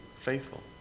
faithful